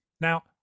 now